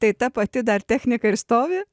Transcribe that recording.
tai ta pati dar technika ir stovi